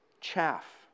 chaff